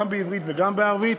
גם בעברית וגם בערבית,